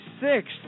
sixth